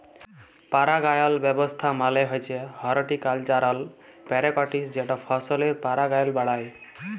পারাগায়ল ব্যাবস্থা মালে হছে হরটিকালচারাল প্যারেকটিস যেট ফসলের পারাগায়ল বাড়ায়